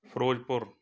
Firozpur